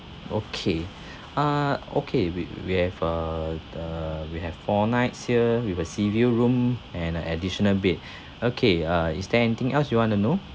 okay uh okay we we have uh uh we have four nights here with a sea view room and an additional bed okay uh is there anything else you want to know